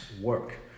work